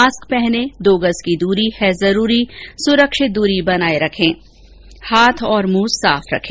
mask पहनें दो गज की दूरी है जरूरी सुरक्षित दूरी बनाए रखें हाथ और मुंह साफ रखें